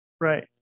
Right